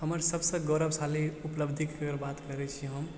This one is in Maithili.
हमर सबसँ गौरवशाली उपलब्धिके अगर बात करै छी हम